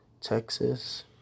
Texas